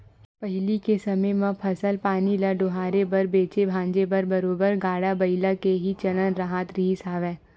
पहिली के समे म फसल पानी ल डोहारे बर बेंचे भांजे बर बरोबर गाड़ा बइला के ही चलन राहत रिहिस हवय